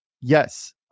Yes